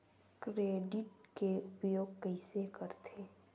Credit के उपयोग कइसे करथे?